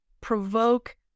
provoke